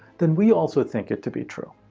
then we also think it to be true.